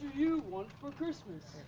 you want for christmas?